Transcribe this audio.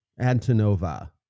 Antonova